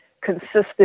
consistent